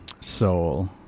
soul